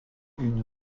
une